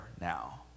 now